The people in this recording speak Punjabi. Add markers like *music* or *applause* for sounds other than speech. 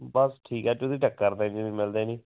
ਬਸ ਠੀਕ ਹੈ ਤੁਸੀਂ ਟੱਕਰਦੇ *unintelligible* ਮਿਲਦੇ ਨਹੀਂ